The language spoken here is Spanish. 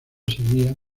seguía